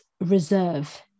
reserve